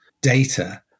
data